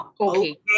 okay